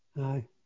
Aye